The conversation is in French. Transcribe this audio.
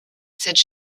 cette